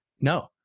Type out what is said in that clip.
No